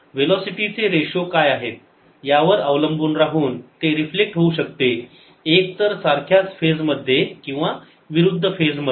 velocity चे ratio काय आहेत यावर अवलंबून राहून ते रिफ्लेक्ट होऊ शकते एक तर सारख्याच फेजमध्ये किंवा विरुद्ध फेजमध्ये